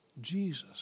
Jesus